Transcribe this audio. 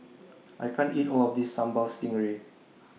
I can't eat All of This Sambal Stingray